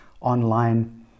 online